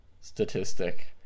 statistic